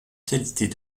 qualités